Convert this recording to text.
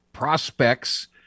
prospects